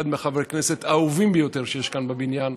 הוא אחד מחברי הכנסת האהובים ביותר שיש כאן בבניין,